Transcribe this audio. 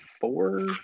four